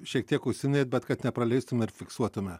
šiek tiek užsiminėt bet kad nepraleistumėt fiksuotume